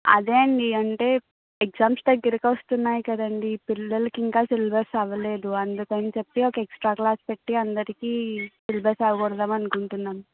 అదే అండి అంటే ఎగ్జామ్స్ దగ్గరికి వస్తున్నాయి కదండి పిల్లలకి ఇంకా సిలబస్ అవ్వలేదు అందుకని చెప్పి ఒక ఎక్స్ట్రా క్లాసు పెట్టి అందరికీ సిలబస్ అవ్వగొడదాం అనుకుంటున్నాం